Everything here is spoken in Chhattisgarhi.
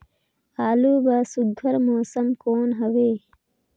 आलू बर सुघ्घर मौसम कौन हवे?